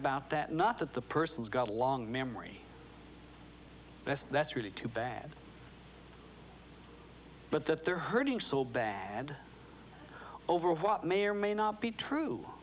about that not that the person's got a long memory that's really too bad but that they're hurting so bad over what may or may not be true